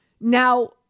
Now